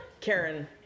Karen